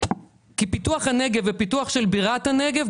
כי פיתוח הנגב ופיתוח של בירת הנגב,